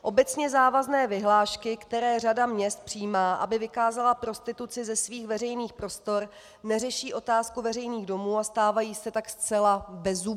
Obecně závazné vyhlášky, které řada měst přijímá, aby vykázala prostituci ze svých veřejných prostor, neřeší otázku veřejných domů a stávají se tak zcela bezzubými.